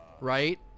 right